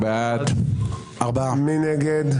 מי נגד?